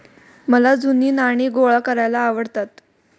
मला जुनी नाणी गोळा करायला आवडतात